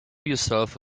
yourself